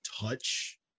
touch